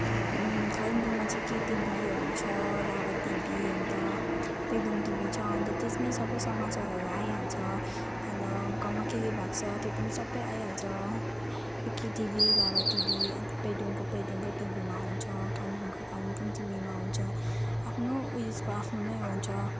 कालिम्पोङमा चाहिँ केटिभीहरू छ लाभा टिभी अन्त पेदोङ टिभी छ अन्त त्यसमै सबै समाचारहरू आइहाल्छ अन्त गाउँमा के के भएको छ त्यो पनि सबै आइहाल्छ यो केटिभी लाभा टिभी अन्त पेदोङको पेदोङको टिभीमा आउँछ कालिम्पोङको कालिम्पोङ टिभीमा आउँछ आफ्नो उयसको आफ्नोमै आउँछ